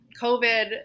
COVID